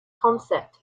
concept